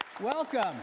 Welcome